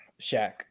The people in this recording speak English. Shaq